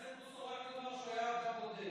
חבר הכנסת בוסו, רק נאמר שהוא היה אדם בודד.